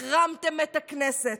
החרמתם את הכנסת,